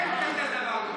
אין יותר דבר כזה.